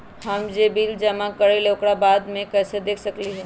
हम जे बिल जमा करईले ओकरा बाद में कैसे देख सकलि ह?